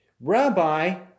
Rabbi